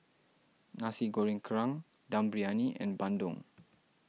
Nasi Goreng Kerang Dum Briyani and Bandung